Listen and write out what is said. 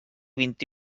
vint